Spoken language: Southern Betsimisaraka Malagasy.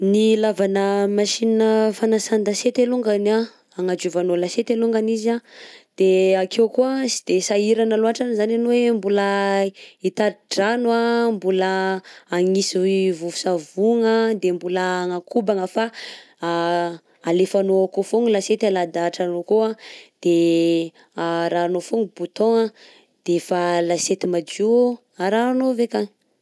Ny ilavana machine fanasan-dasiety alongany anh, hagnadiovanao lasiety alongany izy anh, de akeo koa sy de sahirana loatra zany ianao hoe mbola hitati-drano anh, mbola hagnisy vovon-savogna de mbola hagnakobana fa alefanao akao foagna lasiety, alahadahatranao akao anh de arahanao foagna bouton anh de efa lasiety madio arahanao avy akany.